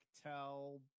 tell